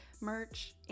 merch